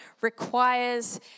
requires